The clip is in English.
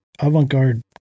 Avant-garde